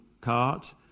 cart